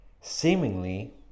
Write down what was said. seemingly